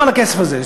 גם על הכסף הזה.